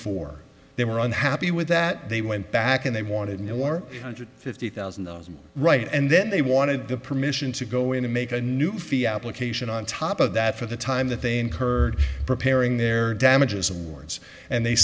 for they were unhappy with that they went back and they wanted no more hundred fifty thousand dollars right and then they wanted the permission to go in and make a new fee application on top of that for the time that they incurred preparing their damages awards and they